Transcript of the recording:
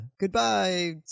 goodbye